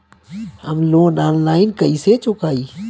हम loan online कइसे चुकाई?